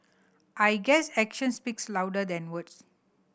I guess action speaks louder than words